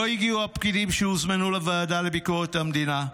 לא הגיעו הפקידים שהוזמנו לוועדה לביקורת המדינה.